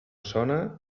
sona